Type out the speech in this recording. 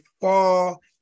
fall